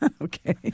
Okay